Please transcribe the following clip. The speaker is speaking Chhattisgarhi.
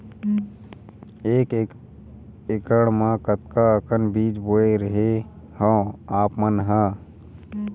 एक एकड़ म कतका अकन बीज बोए रेहे हँव आप मन ह?